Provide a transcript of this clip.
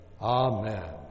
Amen